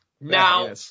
now